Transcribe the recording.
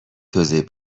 توضیح